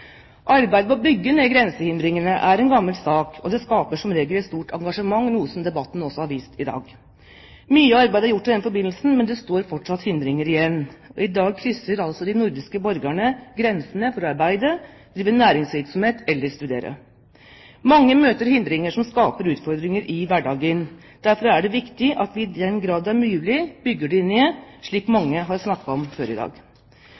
med å bygge ned grensehindringene er en gammel sak. Det skaper som regel et stort engasjement, noe også debatten i dag har vist. Mye arbeid er gjort i den forbindelse, men det står fortsatt hindringer igjen. I dag krysser nordiske borgere grensene for å arbeide, drive næringsvirksomhet eller studere. Mange møter hindringer som skaper utfordringer i hverdagen. Derfor er det viktig at vi i den grad det er mulig bygger dem ned, slik mange har snakket om før i dag.